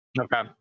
Okay